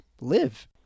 live